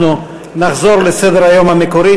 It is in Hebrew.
אנחנו נחזור לסדר-היום המקורי.